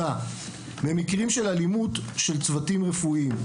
במקרים של אלימות של צוותים רפואיים,